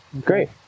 great